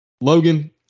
Logan